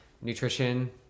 nutrition